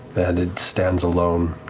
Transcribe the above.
that it stands alone.